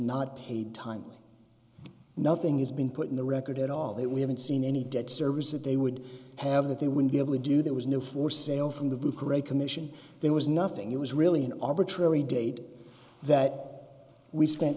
not paid timely nothing is being put in the record at all that we haven't seen any debt service that they would have that they would be able to do there was no for sale from the great commission there was nothing it was really an arbitrary date that we spent